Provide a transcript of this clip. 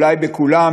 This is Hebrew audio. אולי בכולם,